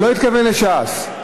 הוא לא התכוון לש"ס.